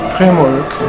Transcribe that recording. Framework